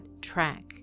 track